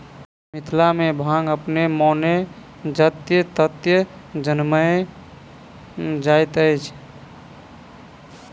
मिथिला मे भांग अपने मोने जतय ततय जनैम जाइत अछि